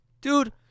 dude